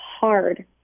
hard